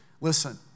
listen